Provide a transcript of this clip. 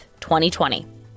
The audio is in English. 2020